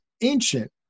ancient